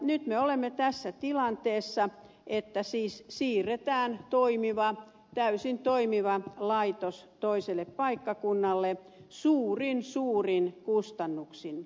nyt me olemme tässä tilanteessa että siis siirretään täysin toimiva laitos toiselle paikkakunnalle suurin suurin kustannuksin